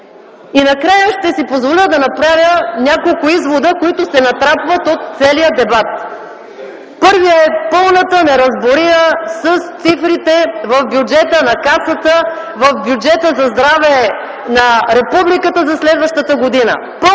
Накрая ще си позволя да направя няколко извода, които се натрапват от целия дебат. Първият извод е пълната неразбория с цифрите в бюджета на Касата, в бюджета за здраве на Републиката за следващата година.